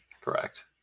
correct